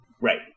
Right